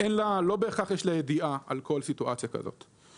שלא בהכרח יש לה ידיעה על כול סיטואציה כזאת.